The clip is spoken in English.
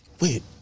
Wait